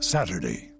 Saturday